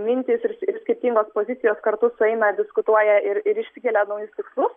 mintys ir ir skirtingos pozicijos kartu sueina diskutuoja ir ir išsikelia naujus tikslus